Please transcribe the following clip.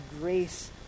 grace